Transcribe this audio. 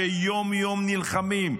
יום-יום נלחמים,